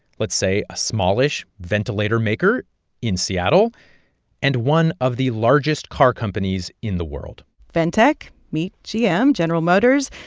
let's say, a smallish ventilator-maker in seattle and one of the largest car companies in the world ventec meet gm general motors.